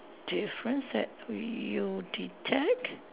difference that we you detect